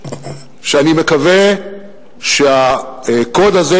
ואני מקווה שהקוד הזה,